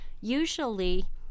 Usually